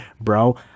bro